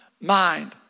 mind